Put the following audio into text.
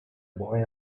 boy